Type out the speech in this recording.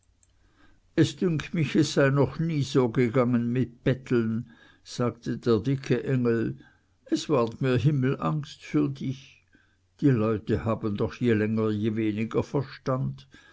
es dünkt mich es sei noch nie so gegangen mit betteln sagte der dicke engel es ward mir himmelangst für dich die leute haben doch je länger je weniger verstand